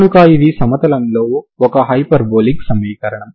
కనుక ఇది సమతలంలో ఒక హైపర్బోలిక్ సమీకరణం